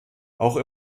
auch